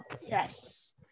Yes